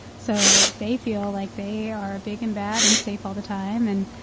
so they feel like they are big and bad and safe all the time and,